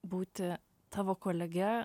būti tavo kolege